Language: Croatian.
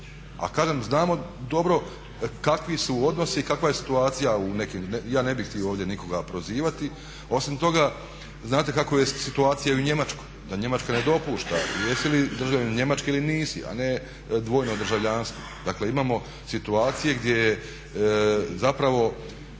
A kažem znamo dobro kakvi su odnosi, kakva je situacija u nekim, ja ne bih htio ovdje nikoga prozivati. Osim toga, znate kakva je situacija u Njemačkoj, da Njemačka ne dopušta jesi li državljanin Njemačke ili nisi, a ne dvojno državljanstvo. Dakle, imamo situacije gdje zapravo